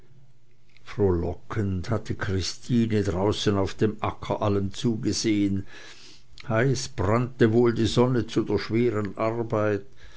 frohlockend hatte christine draußen auf dem acker allem zugesehen heiß brannte wohl die sonne zu der schweren arbeit